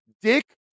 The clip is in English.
Dick